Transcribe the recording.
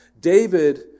David